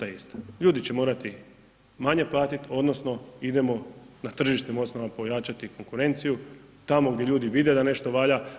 Ljudi će morati manje platiti odnosno idemo na tržišnim osnovama pojačati konkurenciju, tamo gdje ljudi vide da nešto valja.